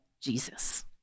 Jesus